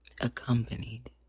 accompanied